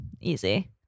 Easy